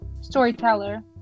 Storyteller